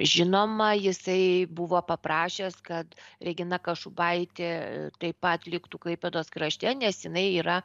žinoma jisai buvo paprašęs kad regina kašubaitė taip pat liktų klaipėdos krašte nes jinai yra